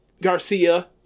Garcia